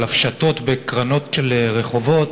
על הפשטות בקרנות של רחובות,